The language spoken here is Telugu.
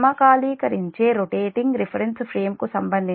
సమకాలీకరించే రొటేటింగ్ రిఫరెన్స్ ఫ్రేమ్కు సంబంధించి అది st